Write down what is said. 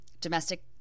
domestic